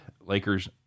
Lakers